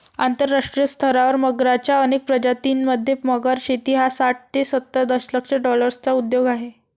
आंतरराष्ट्रीय स्तरावर मगरच्या अनेक प्रजातीं मध्ये, मगर शेती हा साठ ते सत्तर दशलक्ष डॉलर्सचा उद्योग आहे